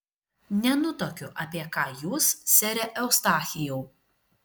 nenutuokiu apie ką jūs sere eustachijau